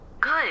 Good